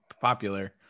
popular